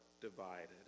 divided